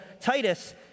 Titus